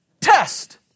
Test